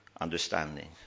understanding